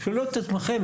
תשאלו את עצמכם,